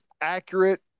accurate